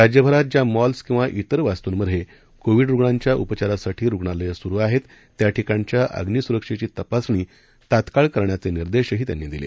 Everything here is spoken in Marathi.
राज्यभरात ज्या मॉल्स किंवा इतर वास्तूंमधे कोविड रुग्णांच्या उपचारासाठी रुग्णालयं सुरु आहेत त्या ठिकाणच्या अग्नीसुरक्षेची तपासणी तात्काळ करण्याचे निर्देशही त्यांनी दिले